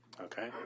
Okay